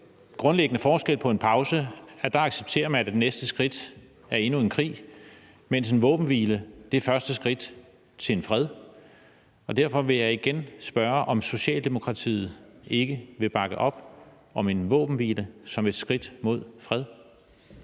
grundlæggende forskel på en pause og en våbenhvile, at med pausen accepterer man, at det næste skridt er endnu mere krig, mens en våbenhvile er første skridt til en fred. Derfor vil jeg igen spørge, om Socialdemokratiet ikke vil bakke op om en våbenhvile som et skridt mod fred.